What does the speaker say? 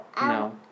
No